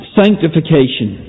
sanctification